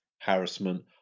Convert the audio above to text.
harassment